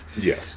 Yes